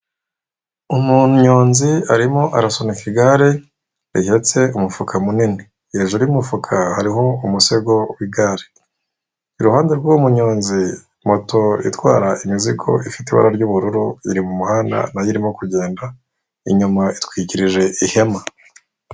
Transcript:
Umunyonzi arimo arasunika igare rihetse umufuka munini, hejuru y'umufuka hariho umusego w'igare. Iruhande rw'umuyozzi moto itwara imizigo ifite ibara ry'ubururu iri mu muhanda nayo irimo kugenda inyuma itwikirije ihema.